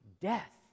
death